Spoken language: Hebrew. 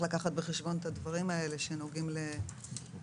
לקחת בחשבון את הדברים האלה שנוגעים לאנשים,